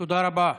תודה רבה.